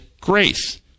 grace